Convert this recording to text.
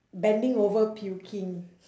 bending over puking